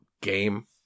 game